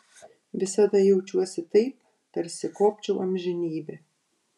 visada jaučiuosi taip tarsi kopčiau amžinybę